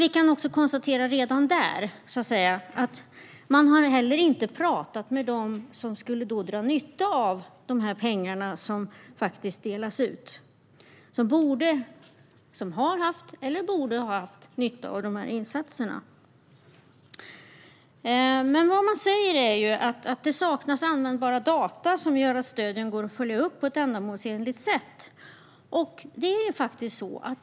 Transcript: Men vi kan redan nu konstatera att man inte har pratat med dem som har haft eller borde ha haft nytta av de pengar som delats ut. Vad man säger är att det saknas användbara data som gör att stöden går att följa upp på ett ändamålsenligt sätt.